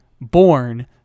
born